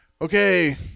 okay